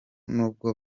nubwo